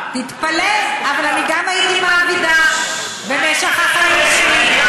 תתפלא, אבל אני גם הייתי מעבידה במשך החיים שלי.